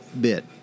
bit